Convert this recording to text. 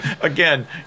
Again